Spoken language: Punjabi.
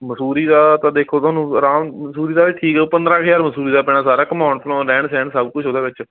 ਮੰਸੂਰੀ ਦਾ ਤਾਂ ਦੇਖੋ ਤੁਹਾਨੂੰ ਆਰਾਮ ਮੰਸੂਰੀ ਦਾ ਵੀ ਠੀਕ ਪੰਦਰ੍ਹਾਂ ਕੁ ਹਜ਼ਾਰ ਮੰਸੂਰੀ ਦਾ ਪੈਣਾ ਸਾਰਾ ਘੁੰਮਾਉਣ ਫਰੋਨ ਰਹਿਣ ਸਹਿਣ ਸਭ ਕੁਝ ਉਹਦੇ ਵਿੱਚ